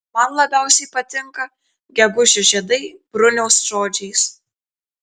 man labiausiai patinka gegužio žiedai bruniaus žodžiais